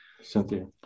Cynthia